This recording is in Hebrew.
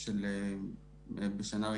מאחר שאין מספיק אנשים במשרד.